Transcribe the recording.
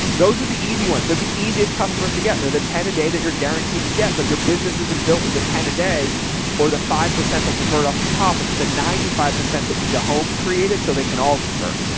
those are the easy ones. they're the easiest customers to get there that ten a day that you're guaranteed to get, but your business isn't built with the ten a day or the five percent that convert off the top. it's the ninety five percent that need a home created so they can all convert.